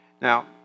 Now